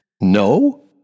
No